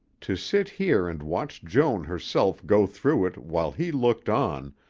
to sit here and watch joan herself go through it, while he looked on,